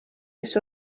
kes